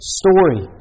story